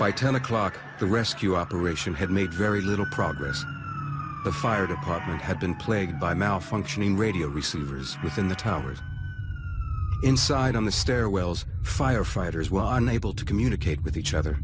by ten o'clock the rescue operation had made very little progress the fire department had been plagued by malfunctioning radio receivers within the towers inside on the stairwells firefighters were unable to communicate with each other